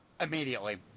Immediately